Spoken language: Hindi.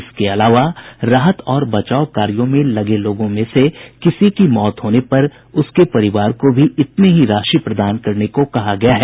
इसके अलावा राहत और बचाव कार्यों में लगे लोगों में से किसी की मौत हो जाने पर उसके परिवार को भी इतनी ही राशि प्रदान करने को कहा गया है